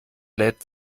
lädt